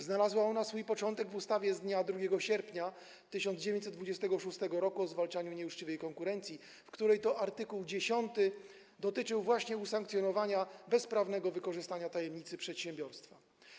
Znalazła ona swój początek w ustawie z dnia 2 sierpnia 1926 r. o zwalczaniu nieuczciwej konkurencji, w której to art. 10 dotyczył właśnie usankcjonowania bezprawnego wykorzystania tajemnicy przedsiębiorstwa.